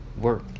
work